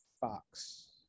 Fox